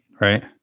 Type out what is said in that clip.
right